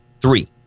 Three